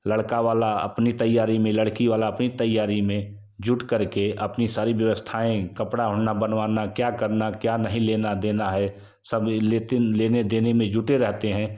लड़का वाला अपनी तैयारी में लड़की वाला अपनी तैयारी में जुट करके अपनी सारी व्यवस्थाएँ कपड़ा होना बनवाना क्या करना क्या नहीं लेना देना है सभी लेकिन लेने देने में जुटे रहते हैं